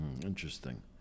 interesting